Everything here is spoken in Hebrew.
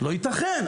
לא ייתכן.